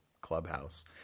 clubhouse